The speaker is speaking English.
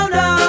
no